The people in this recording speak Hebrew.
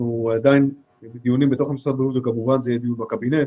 אנחנו עדיין בדיונים בתוך משרד הבריאות וכמובן שיהיה דיון בקבינט.